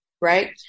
right